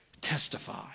testify